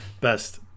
best